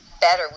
better